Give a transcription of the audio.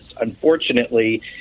Unfortunately